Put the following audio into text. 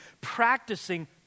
practicing